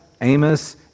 Amos